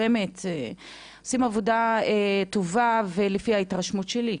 הם עושים עבודה טובה לפי ההתרשמות שלי,